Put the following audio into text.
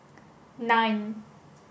nine